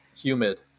humid